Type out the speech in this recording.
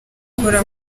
gukora